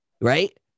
Right